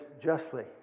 justly